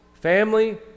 family